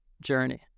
journey